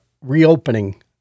reopening